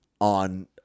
on